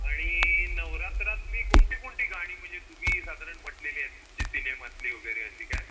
आणि नवरात्रातली कोणती कोणती गाणी म्हणजे तुम्ही साधारण म्हटलेली आहेत कुठची सिनेमातली वगैरे अशी काय